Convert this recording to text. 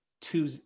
two